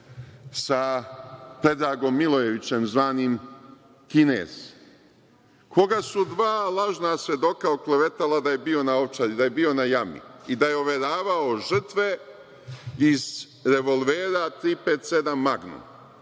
sa Predragom Milojevićem zvanim Kinez koga su dva lažna svedoka oklevetala da je bio na Ovčari, da je bio na Jami i da je overavao žrtve iz revolvera 357 magnum,